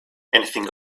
anything